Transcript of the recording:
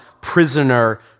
prisoner